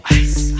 ice